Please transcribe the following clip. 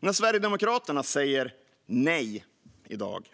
När Sverigedemokraterna säger nej till dagens